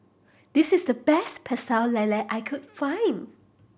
this is the best Pecel Lele I can find